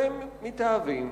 והם מתאהבים,